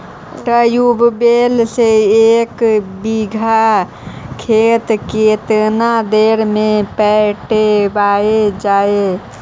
Tubewell से एक बिघा खेत केतना देर में पटैबए जितै?